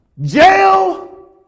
jail